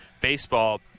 baseball